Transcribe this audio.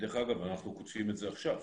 ודרך אגב, אנחנו קוטפים את זה עכשיו,